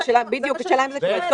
השאלה אם זה קורה.